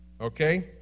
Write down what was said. Okay